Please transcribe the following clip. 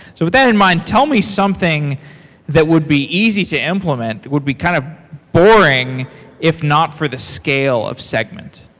so with that in mind, tell me something that would be easy to implement, would be kind of boring if not for the scale of segment.